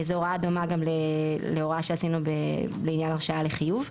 זו הוראה דומה גם להוראה שעשינו גם לעניין הרשאה לחיוב.